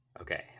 okay